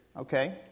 okay